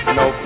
no